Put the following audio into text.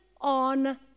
on